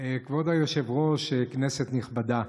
כבוד היושב-ראש, כנסת נכבדה,